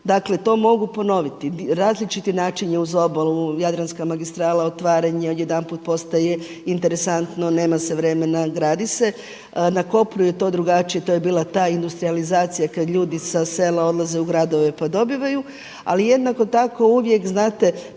Dakle, to mogu ponoviti, različit način je uz obalu, Jadranska magistrala, otvaranje odjedanput postaje interesantno, nema se vremena, gradi se. Na kopnu je to drugačije. To je bila ta industrijalizacija kada ljudi sa sela odlaze u gradove pa dobivaju. Ali jednako tako uvijek znate